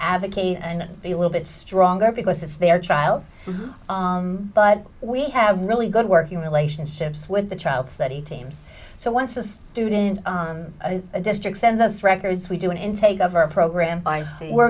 advocate and be a little bit stronger because it's their child but we have really good working relationships with the child study teams so once a student on a district sends us records we do an intake of our program